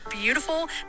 beautiful